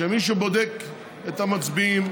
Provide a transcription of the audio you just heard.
שמי שבודק את המצביעים,